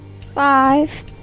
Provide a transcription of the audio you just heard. Five